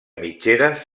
mitgeres